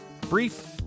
brief